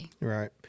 right